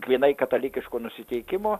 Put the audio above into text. grynai katalikiško nusiteikimo